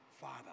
Father